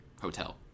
hotel